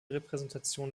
repräsentation